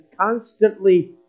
constantly